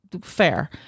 Fair